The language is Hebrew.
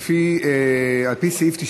לפיכך,